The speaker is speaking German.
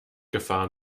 gefahren